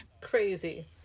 Crazy